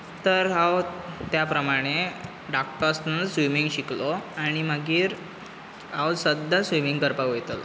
तर हांव त्या प्रमाणें धाकटो आसतनाच स्विमिंग शिकलो आनी मागीर हांव सद्दां स्विमिंग करपाक वयतालो